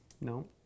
No